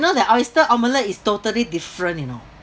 know that oyster omelette is totally different you know